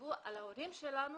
שתחשבו על ההורים שלנו